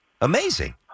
Amazing